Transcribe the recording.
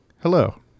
Hello